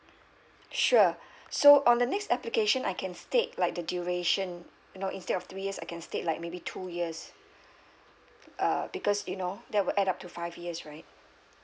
sure so on the next application I can state like the duration you know instead of three years I can state like maybe two years uh because you know that will add up to five years right